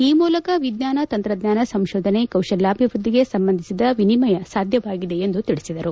ಈ ಮೂಲಕ ವಿಜ್ಞಾನ ತಂತ್ರಜ್ಞಾನ ಸಂಶೋಧನೆ ಕೌಶಲ್ಕಾಭಿವೃದ್ಧಿಗೆ ಸಂಬಂಧಿಸಿದ ವಿನಿಮಯ ಸಾಧ್ಯವಾಗಿದೆ ಎಂದು ತಿಳಿಸಿದರು